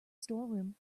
storeroom